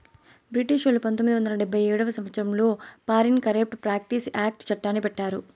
బ్రిటిషోల్లు పంతొమ్మిది వందల డెబ్భై ఏడవ సంవచ్చరంలో ఫారిన్ కరేప్ట్ ప్రాక్టీస్ యాక్ట్ చట్టాన్ని పెట్టారు